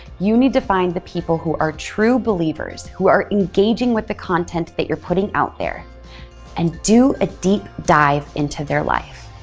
you need to find the people who are true believers, who are engaging with the content that you're putting out there and do a deep dive into their life.